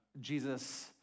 Jesus